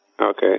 Okay